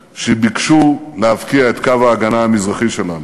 שביקשו להבקיע את קו ההגנה המזרחי שלנו.